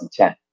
2010